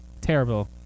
Terrible